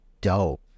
dope